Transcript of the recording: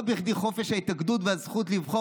לא בכדי חופש ההתאגדות והזכות לבחור